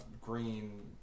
Green